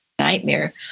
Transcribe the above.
nightmare